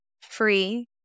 free